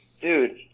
dude